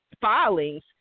filings